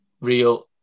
real